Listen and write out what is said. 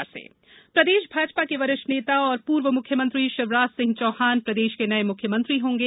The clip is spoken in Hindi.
मुख्यमंत्री शपथ प्रदेश भाजपा के वरिष्ठ नेता और पूर्व मुख्यमंत्री शिवराज सिंह चौहान प्रदेश के नए मुख्यमंत्री होंगे